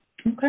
Okay